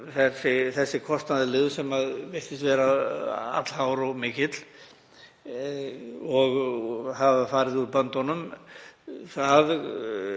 þessi kostnaðarliður sem virtist vera allhár og mikill og hafa farið úr böndunum.